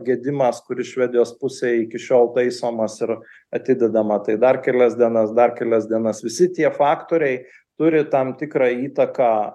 gedimas kuris švedijos pusėj iki šiol taisomas ir atidedama tai dar kelias dienas dar kelias dienas visi tie faktoriai turi tam tikrą įtaką